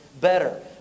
better